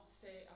say